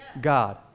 God